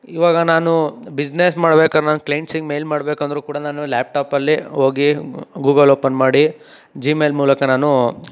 ಇವಾಗ ನಾನು ಬಿಜಿನೆಸ್ ಮಾಡ್ಬೇಕಾರೆ ನನ್ನ ಕ್ಲೈಂಟ್ಸಿಗೆ ಮೇಲ್ ಮಾಡ್ಬೇಕಂದ್ರು ಕೂಡ ನಾನು ಲ್ಯಾಪ್ಟಾಪಲ್ಲಿ ಹೋಗಿ ಗೂಗಲ್ ಓಪನ್ ಮಾಡಿ ಜಿಮೇಲ್ ಮೂಲಕ ನಾನು